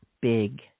big